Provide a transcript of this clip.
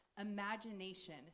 imagination